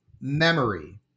memory